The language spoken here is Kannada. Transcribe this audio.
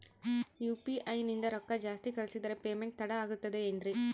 ಯು.ಪಿ.ಐ ನಿಂದ ರೊಕ್ಕ ಜಾಸ್ತಿ ಕಳಿಸಿದರೆ ಪೇಮೆಂಟ್ ತಡ ಆಗುತ್ತದೆ ಎನ್ರಿ?